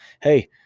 hey